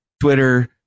twitter